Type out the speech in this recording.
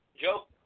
Joe